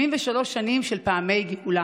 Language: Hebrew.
73 שנים של פעמי גאולה.